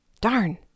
Darn